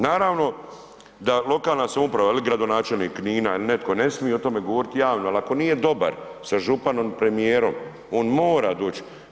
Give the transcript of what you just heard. Naravno da lokalna samouprava ili gradonačelnik Knina ili netko ne smije o tome govoriti javno, ali ako nije dobar sa županom i premijerom on mora doć.